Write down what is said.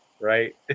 right